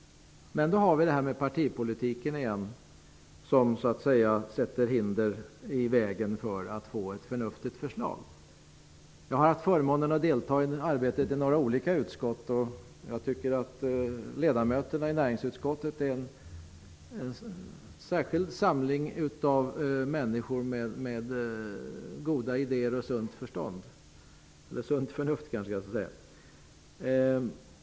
Men då kommer partipolitiken in igen och sätter hinder i vägen för ett förnuftigt förslag. Jag har haft förmånen att delta i arbetet i olika utskott, och jag tycker att ledamöterna i näringsutskottet är en samling människor med särskilt goda idéer och sunt förnuft.